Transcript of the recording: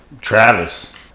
Travis